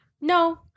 No